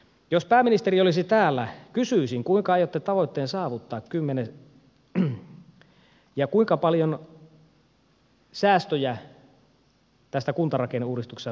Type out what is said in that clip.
jos pääministeri olisi täällä kysyisin kuinka aiotte tavoitteen saavuttaa ja kuinka paljon säästöjä tästä kuntarakenneuudistuksesta todella tulee